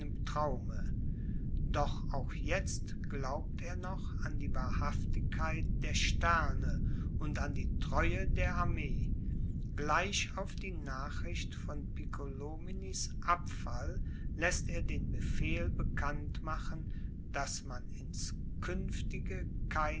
doch auch jetzt glaubt er noch an die wahrhaftigkeit der sterne und an die treue der armee gleich auf die nachricht von piccolominis abfall läßt er den befehl bekannt machen daß man